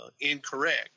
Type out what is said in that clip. incorrect